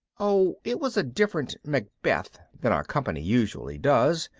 oh, it was a different macbeth than our company usually does.